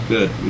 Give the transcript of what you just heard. Good